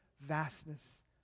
vastness